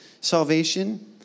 salvation